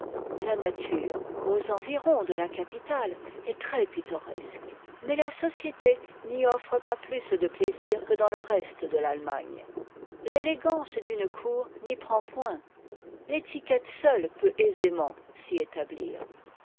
la nature aux environs de la capitale est très pittoresque mais la société n'y offre pas de vifs plaisirs l'élégance d'une cour n'y prend point l'étiquette seule peut aisément s'y établir